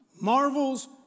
marvels